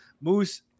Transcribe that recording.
Moose